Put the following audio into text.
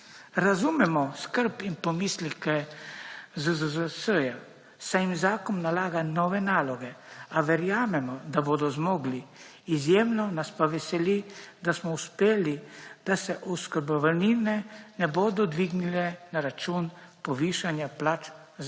Razumemo skrb in pomisleke ZZZS, saj jim zakon nalaga nove naloge, a verjamemo, da bodo zmogli, izjemno nas pa veseli, da smo uspeli, da se oskrbovalnine ne bodo dvignile na račun povišanja plač zaposlenih.